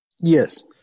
yes